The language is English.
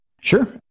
Sure